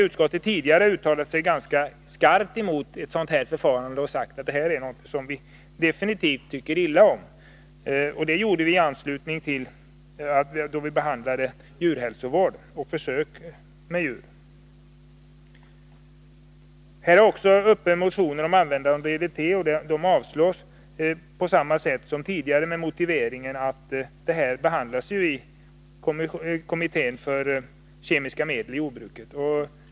Utskottet har tidigare uttalat sig ganska skarpt mot den typen av produkter och sagt att det är något vi definitivt tycker illa om. Det uttalandet gjorde vi i anslutning till behandlingen av frågor om djurhälsovård och försök med djur. Utskottet har också behandlat en motion om användande av DDT. Den avstyrks med samma motivering som tidigare, nämligen att frågan behandlas av kommittén för kemiska medel i jordbruket.